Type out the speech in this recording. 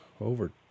over